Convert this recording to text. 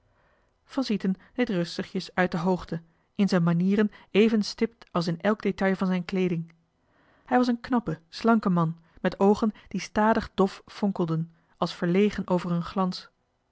van sieten deed rustigjes uit de hoogte in zijn manieren even stipt als in elk detail van zijn kleeding hij was een knappe slanke man met oogen die stadig dof fonkelden als verlegen over hun glans